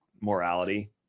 morality